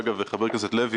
אגב, חבר הכנסת לוי,